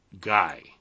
guy